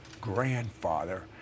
grandfather